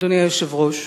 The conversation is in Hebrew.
אדוני היושב-ראש.